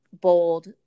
bold